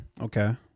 Okay